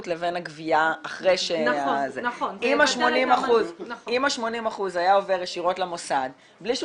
לבין הגבייה אחרי שה- -- אם ה-80% היה עובר ישירות למוסד בלי שהוא